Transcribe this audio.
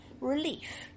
Relief